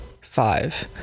Five